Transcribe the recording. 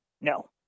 No